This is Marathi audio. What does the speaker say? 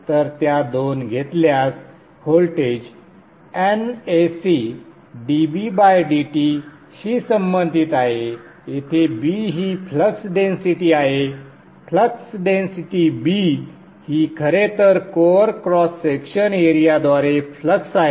तर त्या दोन घेतल्यास व्होल्टेज NAcdBdt शी संबंधित आहे जेथे B ही फ्लक्स डेन्सिटी आहे फ्लक्स डेन्सिटी B ही खरेतर कोअर क्रॉस सेक्शन एरियाद्वारे फ्लक्स आहे